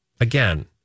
again